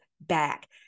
back